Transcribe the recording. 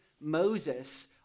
Moses